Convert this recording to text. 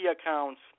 accounts